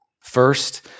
First